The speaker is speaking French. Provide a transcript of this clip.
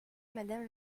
madame